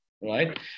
right